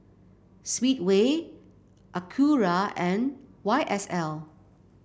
Speedway Acura and Y S L